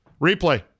Replay